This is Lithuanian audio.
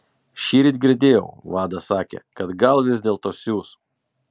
šįryt girdėjau vadas sakė kad gal vis dėlto siųs